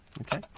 Okay